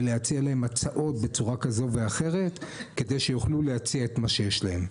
ולהציע להם הצעות בצורה כזו או אחרת כדי שיוכלו להציע את מה שיש להם.